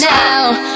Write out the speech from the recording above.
now